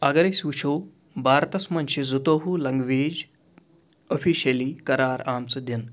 اَگر أسۍ وٕچھو بھارتَس منٛز چھِ زٕتوٚوُہ لنٛگویج اوٚفِشٔلی قرار آمژٕ دِنہٕ